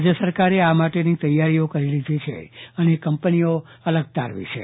રાજ્ય સરકારે આ માટેની તૈયારીઓ કરી લીધી છે અને કંપનીઓ અલગ તારવી છે